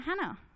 Hannah